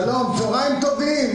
שלום, צהרים טובים.